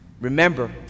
Remember